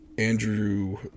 andrew